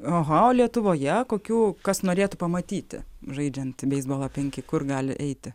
oho o lietuvoje kokių kas norėtų pamatyti žaidžiant beisbolą penki kur gali eiti